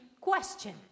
question